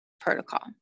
protocol